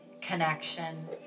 connection